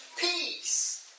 peace